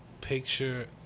picture